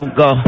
go